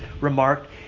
remarked